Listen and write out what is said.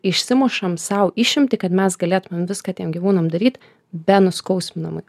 išsimušam sau išimtį kad mes galėtumėm viską tiem gyvūnam daryt be nuskausminamųjų